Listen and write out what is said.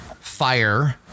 fire